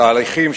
התהליכים,